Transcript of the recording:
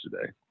today